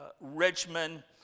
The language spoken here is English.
Richmond